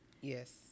Yes